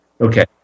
Okay